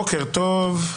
בוקר טוב.